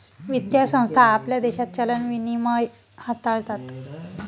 वित्तीय संस्था आपल्या देशात चलन विनिमय हाताळतात